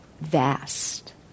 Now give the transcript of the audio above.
vast